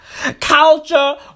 Culture